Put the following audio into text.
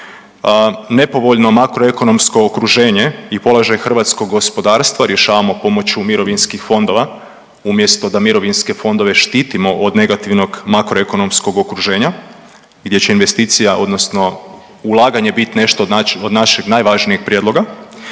Nepovoljno makroekonomsko okruženje i položaj hrvatskog gospodarstva rješavamo pomoću mirovinskih fondova umjesto da mirovinske fondove štitimo od negativnog makroekonomskog okruženja gdje će investicija odnosno ulaganje biti nešto od našeg najvažnijeg prijedloga